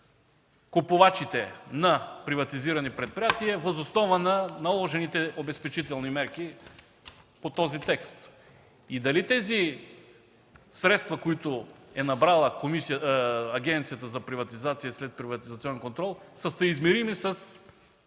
купувачите на приватизирани предприятия, въз основа на наложените обезпечителни мерки по този текст. Дали тези средства, които е набрала Агенцията за приватизация и следприватизационен контрол, са съизмерими с